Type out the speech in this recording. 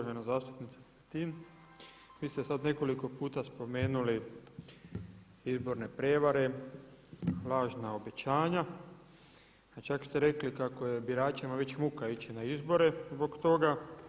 Uvažena zastupnice Petin vi ste sada nekoliko puta spomenuli izborne prijevare, lažna obećanja, a čak ste rekli kako je biračima već muka ići na izbore zbog toga.